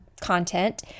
content